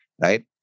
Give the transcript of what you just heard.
Right